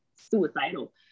suicidal